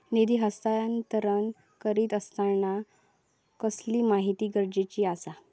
निधी हस्तांतरण करीत आसताना कसली माहिती गरजेची आसा?